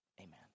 Amen